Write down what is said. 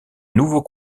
nouveau